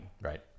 right